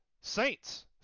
Saints